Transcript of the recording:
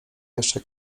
jeszcze